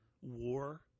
War